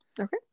Okay